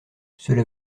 cela